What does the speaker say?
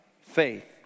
faith